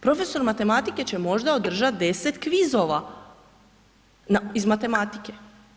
Profesor matematike će možda održati 10 kvizova iz matematike.